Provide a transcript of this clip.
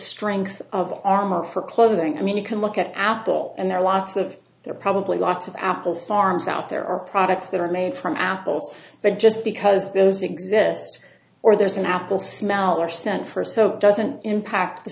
strength of armor for clothing i mean you can look at apple and there are lots of there are probably lots of apple farms out there are products that are made from apples but just because those exist or there's an apple smell or scent for a soap doesn't impact the